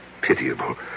pitiable